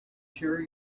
sure